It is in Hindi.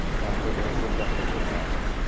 नहीं हम को जोधपुर के अन्दर घूमना है थोड़ा